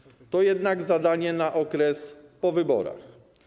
To jednak zadanie na okres po wyborach.